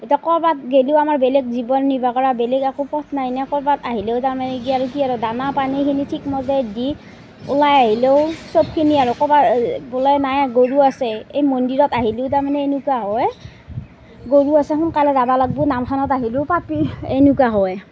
এতিয়া ক'ৰবাত গ'লেও আমাৰ জীৱন নিৰ্বাহ কৰা বেলেগ একো পথ নাই এনে ক'ৰবাত আহিলেও তাৰমানে কি আৰু দানা পানীখিনি ঠিকমতে দি ওলাই আহিলেও সবখিনি আৰু ক'ৰবাত ওলাই নাহে গৰু আছে এই মন্দিৰত আহিলেও তাৰমানে এনেকুৱা হয় গৰু আছে সোনকালে যাব লাগিব নামখনত আহিলোঁ পাপী এনেকুৱা হয়